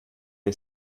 ein